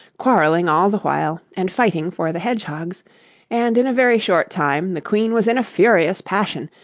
quarrelling all the while, and fighting for the hedgehogs and in a very short time the queen was in a furious passion,